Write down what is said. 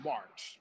March